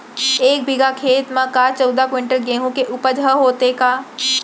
एक बीघा खेत म का चौदह क्विंटल गेहूँ के उपज ह होथे का?